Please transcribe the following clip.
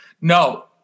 no